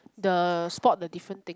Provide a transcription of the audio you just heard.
the spot the different thing